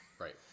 Right